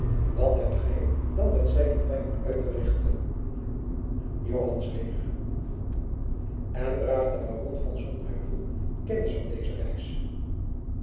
wat hebt gij dan met zijnen vijand uit te richten joan zweeg en draagt de baron van sonheuvel kennis van deze reis